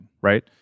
right